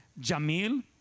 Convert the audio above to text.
Jamil